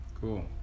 Cool